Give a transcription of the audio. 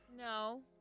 No